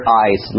eyes